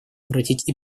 обратить